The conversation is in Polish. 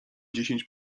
dziesięć